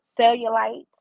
cellulite